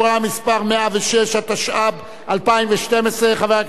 התשע"ב 2012. חבר הכנסת כרמל שאמה,